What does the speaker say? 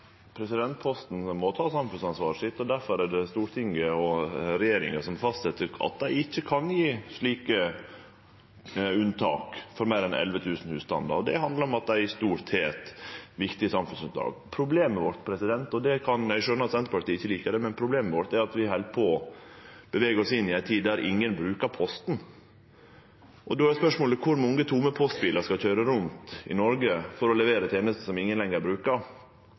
må ta samfunnsansvaret sitt. Difor er det Stortinget og regjeringa som fastset at dei ikkje kan gje slike unntak for meir enn 11 000 husstandar. Det handlar om at dei i stort har eit viktig samfunnsoppdrag. Problemet vårt – eg kan skjøne at Senterpartiet ikkje likar det – er at vi held på å bevege oss inn i ei tid da ingen brukar Posten. Og då er spørsmålet: Kor mange tomme postbilar skal køyre rundt i Noreg for å levere tenester som ingen lenger brukar? Det er